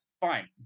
fine